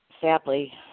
sadly